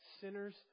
sinners